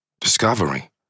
Discovery